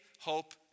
hope